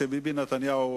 כשביבי נתניהו,